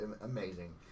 amazing